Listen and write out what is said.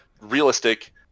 realistic